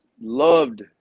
loved